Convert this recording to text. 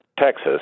Texas